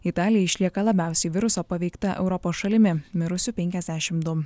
italija išlieka labiausiai viruso paveikta europos šalimi mirusių penkiasdešim du